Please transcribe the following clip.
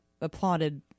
applauded